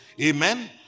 Amen